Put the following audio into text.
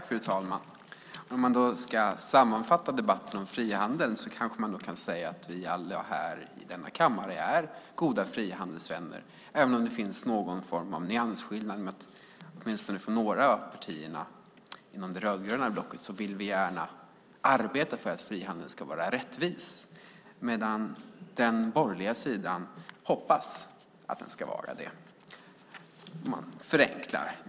Fru talman! Låt mig sammanfatta debatten om frihandeln så att vi alla här i kammaren är goda frihandelsvänner, även om det finns någon form av nyansskillnad. I några av partierna i det röd-gröna blocket vill vi gärna arbeta för att frihandel ska vara rättvis medan den borgerliga sidan hoppas att den ska vara det - något förenklat.